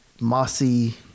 mossy